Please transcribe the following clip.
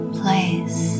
place